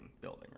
building